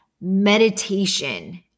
meditation